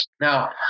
Now